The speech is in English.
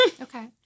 Okay